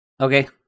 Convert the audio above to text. Okay